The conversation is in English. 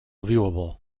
viewable